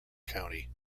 county